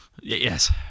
yes